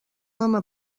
home